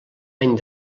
any